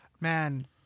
man